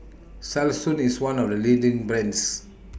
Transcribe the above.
Selsun IS one of The leading brands